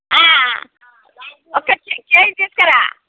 ఒక కేజీ తీసుకురా